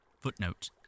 Footnote